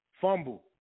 Fumble